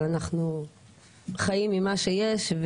אבל אנחנו חיים עם מה שיש,